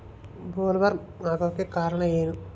Bollworm ಆಗೋಕೆ ಕಾರಣ ಏನು?